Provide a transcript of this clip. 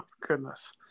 Goodness